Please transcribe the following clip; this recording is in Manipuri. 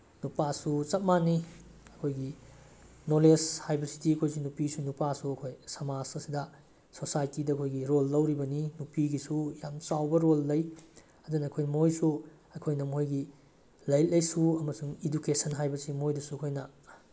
ꯅꯨꯄꯥꯁꯨ ꯆꯞ ꯃꯥꯟꯅꯩ ꯑꯩꯈꯣꯏꯒꯤ ꯅꯣꯂꯦꯖ ꯍꯥꯏꯕꯁꯤꯗꯤ ꯑꯩꯈꯣꯏꯁꯨ ꯅꯨꯄꯤꯁꯨ ꯅꯨꯄꯥꯁꯨ ꯑꯩꯈꯣꯏ ꯁꯃꯥꯖ ꯑꯁꯤꯗ ꯁꯣꯁꯥꯏꯇꯤꯗ ꯑꯩꯈꯣꯏꯒꯤ ꯔꯣꯜ ꯂꯧꯔꯤꯕꯅꯤ ꯅꯨꯄꯤꯒꯤꯁꯨ ꯌꯥꯝ ꯆꯥꯎꯕ ꯔꯣꯜ ꯂꯩ ꯑꯗꯨꯅ ꯑꯩꯈꯣꯏ ꯃꯣꯏꯁꯨ ꯑꯩꯈꯣꯏꯅ ꯃꯣꯏꯒꯤ ꯂꯥꯏꯔꯤꯛ ꯂꯥꯏꯁꯨ ꯑꯃꯁꯨꯡ ꯏꯗꯨꯀꯦꯁꯟ ꯍꯥꯏꯕꯁꯤ ꯃꯣꯏꯗꯁꯨ ꯑꯩꯈꯣꯏꯅ